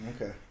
Okay